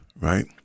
right